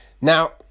Now